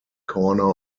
corner